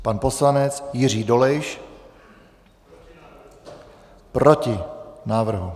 Pan poslanec Jiří Dolejš: Proti návrhu.